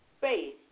faith